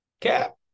cap